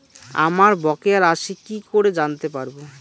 আমার বকেয়া রাশি কি করে জানতে পারবো?